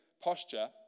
posture